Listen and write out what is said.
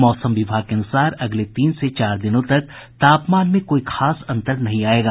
मौसम विभाग के अनुसार अगले तीन से चार दिनों तक तापमान में कोई खास अंतर नहीं आयेगा